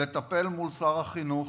לטפל מול שר החינוך